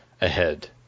ahead